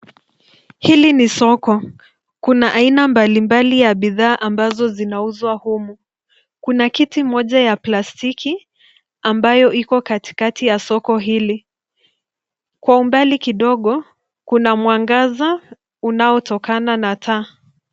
Hili ni soko. Kuna aina mbalimbali ya bidhaa ambazo zinauzwa humu. Kuna kiti moja ya plastiki ambayo iko katikati ya soko hili. Kwa umbali kidogo, kuna mwangaza unaotokana na taa.